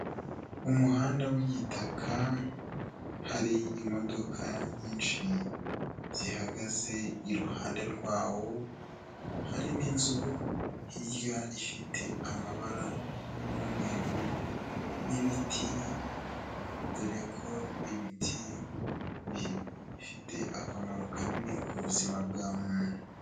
Umuhanda w'igitaka hari imodoka nyinshi zihagaze iruhande rwawo, hari n'inzu hirya ifite amabara y'umweru n'ibiti dore ko ibiti bifite akamaro kanini ku buzima bwa muntu.